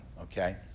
okay